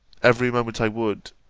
every moment i would,